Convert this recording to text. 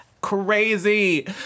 crazy